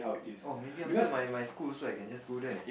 oh maybe after my my school also I can just go there